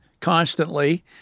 constantly